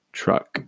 truck